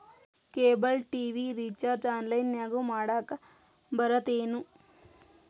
cable TV recharge ಆನ್ಲೈನ್ನ್ಯಾಗು ಮಾಡಕ ಬರತ್ತೇನು